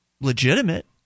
legitimate